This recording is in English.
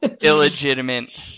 illegitimate